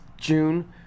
June